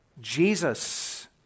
Jesus